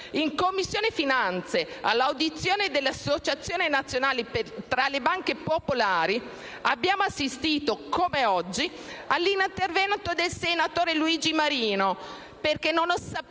in Commissione finanze, all'audizione dell'Associazione nazionale tra le banche popolari, abbiamo assistito - come oggi - all'intervento del senatore Luigi Marino, che non sapeva